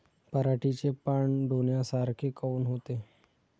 पराटीचे पानं डोन्यासारखे काऊन होते?